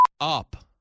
up